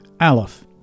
Aleph